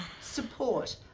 Support